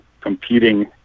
competing